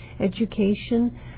education